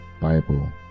Bible